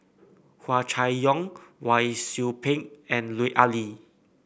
Hua Chai Yong Wang Sui Pick and Lut Ali